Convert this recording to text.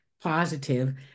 positive